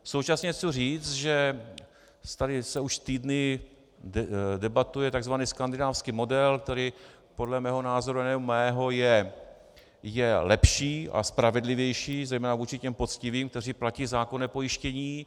Současně chci říct, tady se už týdny debatuje tzv. skandinávský model, který podle mého názoru, nejen mého, je lepší a spravedlivější, zejména vůči těm poctivým, kteří platí zákonné pojištění.